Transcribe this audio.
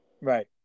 Right